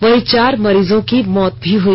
वहीं चार मरीजों की मौत भी हुई